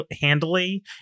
handily